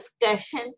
discussion